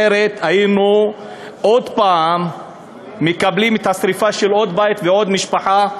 אחרת היינו עוד פעם מקבלים שרפה של עוד בית ועוד משפחה,